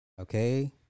Okay